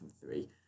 three